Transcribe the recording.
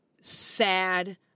sad